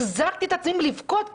החזקתי את עצמי מלבכות.